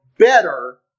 better